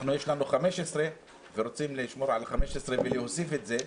יש לנו 15 ואנחנו רוצים לשמור על ה-15 ולהוסיף את זה,